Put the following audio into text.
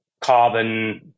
carbon